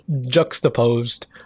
juxtaposed